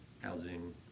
housing